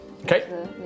Okay